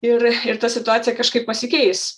ir ir ta situacija kažkaip pasikeis